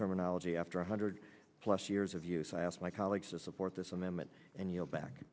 terminology after one hundred plus years of use i asked my colleagues to support this amendment and you're back